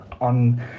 on